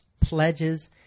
pledges